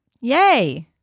yay